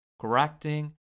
correcting